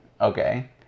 Okay